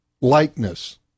likeness